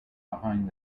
behind